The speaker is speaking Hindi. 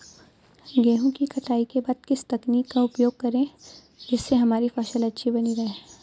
गेहूँ की कटाई के बाद किस तकनीक का उपयोग करें जिससे हमारी फसल अच्छी बनी रहे?